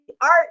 art